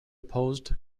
opposed